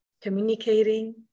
communicating